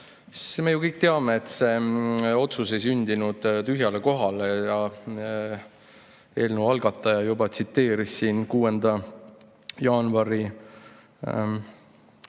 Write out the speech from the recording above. Me ju kõik teame, et see otsus ei sündinud tühjale kohale. Eelnõu algataja juba tsiteeris siin 6. jaanuari